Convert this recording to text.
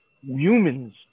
Humans